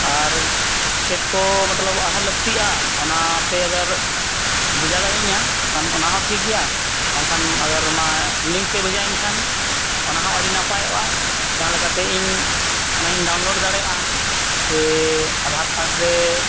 ᱟᱨ ᱪᱮᱫᱠᱚ ᱢᱚᱛᱞᱚᱵᱽ ᱟᱨᱦᱚᱸ ᱞᱟᱹᱠᱛᱤᱜᱼᱟ ᱚᱱᱟᱯᱮ ᱟᱜᱟᱨ ᱵᱷᱮᱡᱟ ᱫᱟᱲᱮᱭᱟᱹᱧᱟᱹ ᱠᱷᱟᱱ ᱚᱱᱟᱦᱚᱸ ᱴᱷᱤᱠ ᱜᱮᱭᱟ ᱵᱟᱝᱠᱷᱟᱱ ᱟᱜᱟᱨ ᱚᱱᱟ ᱞᱤᱝᱠ ᱯᱮ ᱵᱷᱮᱡᱟᱣᱟᱹᱧ ᱠᱷᱟᱱ ᱚᱱᱟᱦᱚᱸ ᱟᱹᱰᱤ ᱱᱟᱯᱟᱭᱚᱜᱼᱟ ᱡᱟᱦᱟᱸ ᱞᱮᱠᱟᱛᱮ ᱤᱧ ᱚᱱᱟᱧ ᱰᱟᱣᱩᱱᱞᱳᱰ ᱫᱟᱲᱮᱭᱟᱜᱼᱟ ᱡᱮ ᱟᱫᱷᱟᱨ ᱠᱟᱨᱰ ᱨᱮ